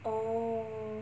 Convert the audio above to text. oh